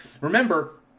Remember